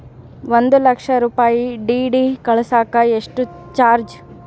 ಒಂದು ಲಕ್ಷ ರೂಪಾಯಿ ಡಿ.ಡಿ ಕಳಸಾಕ ಎಷ್ಟು ಚಾರ್ಜ್?